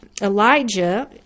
Elijah